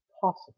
possible